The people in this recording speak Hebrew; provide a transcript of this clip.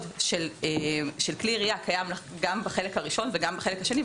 של כלי ירייה קיים גם בחלק הראשון וגם בחלק השני,